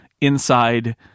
inside